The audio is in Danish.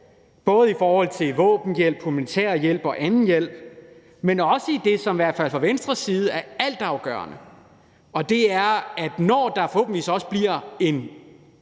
både i forhold til våbenhjælp, militærhjælp og anden hjælp, men også i forhold til det, som i hvert fald fra Venstres side er altafgørende, og det er, at vi, når der forhåbentligvis også bliver en